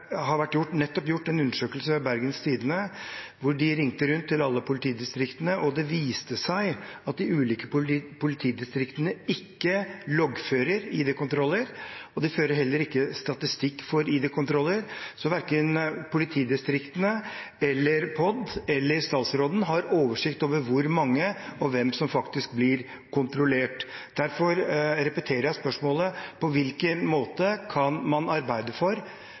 nettopp har gjort en undersøkelse der de ringte rundt til alle politidistriktene. Det viste seg da at de ulike politidistriktene ikke loggfører ID-kontroller, og at de heller ikke fører statistikk over ID-kontroller, så verken politidistriktene, POD eller statsråden har oversikt over hvor mange og hvem som faktisk blir kontrollert. Derfor repeterer jeg spørsmålet: På hvilken måte kan statsråden arbeide for